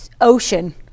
ocean